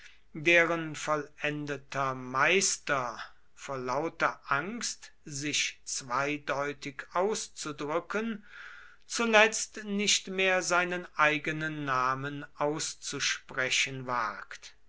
deren vollendeter meister vor lauter angst sich zweideutig auszudrücken zuletzt nicht mehr seinen eigenen namen auszusprechen wagt